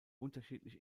unterschiedlich